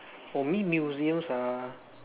for me museums are